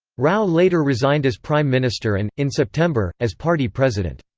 rao later resigned as prime minister and, in september, as party president.